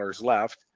left